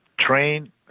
train